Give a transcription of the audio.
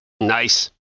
nice